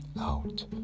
out